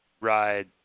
ride